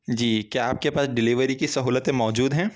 جی کیا آپ کے پاس ڈیلیوری کی سہولتیں موجود ہیں